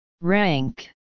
rank